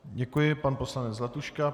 Děkuji, pan poslanec Zlatuška.